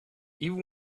even